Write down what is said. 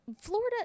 Florida